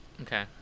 Okay